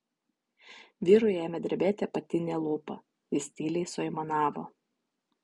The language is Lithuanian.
vyrui ėmė drebėti apatinė lūpa jis tyliai suaimanavo